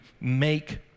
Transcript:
make